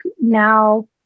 now